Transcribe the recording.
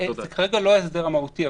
זה כרגע לא ההסדר המהותי.